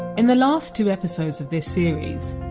in the last two episodes of this series,